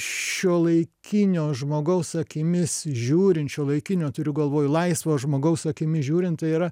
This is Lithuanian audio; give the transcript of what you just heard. šiuolaikinio žmogaus akimis žiūrint šiuolaikinio turiu galvoj laisvo žmogaus akimis žiūrint tai yra